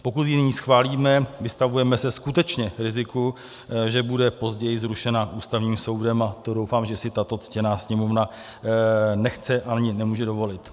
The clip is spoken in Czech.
Pokud ji nyní schválíme, vystavujeme se skutečně riziku, že bude později zrušena Ústavním soudem, a to doufám, že si tato ctěná Sněmovna nechce, ani nemůže dovolit.